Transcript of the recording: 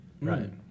Right